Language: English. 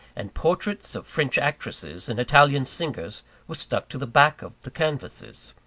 and portraits of french actresses and italian singers were stuck to the back of the canvasses.